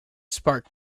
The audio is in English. spark